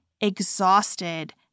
exhausted